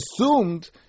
assumed